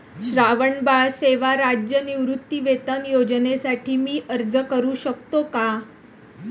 श्रावणबाळ सेवा राज्य निवृत्तीवेतन योजनेसाठी मी अर्ज करू शकतो का?